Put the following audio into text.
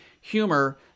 humor